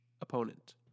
opponent